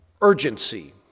urgency